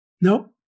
Nope